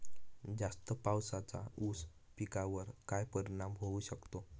जास्त पावसाचा ऊस पिकावर काय परिणाम होऊ शकतो?